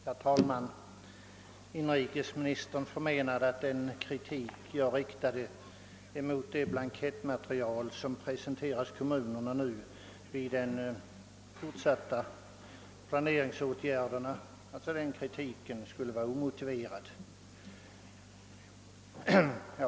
Herr talman! Inrikesministern förmenade att den kritik jag riktade mot det blankettmaterial som nu har presenterats kommunerna inför de fortsatta planeringsåtgärderna skulle vara omotiverad.